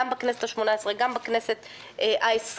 גם בכנסת השמונה-עשרה וגם בכנסת העשרים,